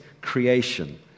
creation